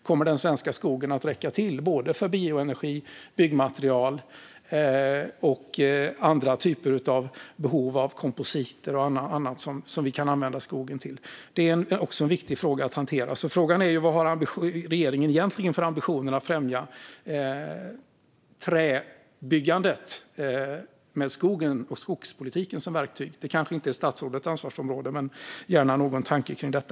Kommer den svenska skogen att räcka till för bioenergi, byggmaterial och andra typer av behov av kompositer och annat som vi kan använda skogen till? Det är också en viktig fråga att hantera. Frågan är vad regeringen egentligen har för ambitioner att främja träbyggandet med skogen och skogspolitiken som verktyg. Det kanske inte är statsrådets ansvarsområde, men jag skulle gärna höra statsrådet utveckla någon tanke kring detta.